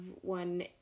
one